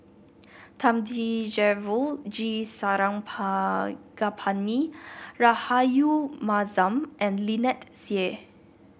Thamizhavel G Rahayu Mahzam and Lynnette Seah